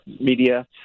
media